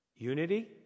Unity